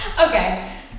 okay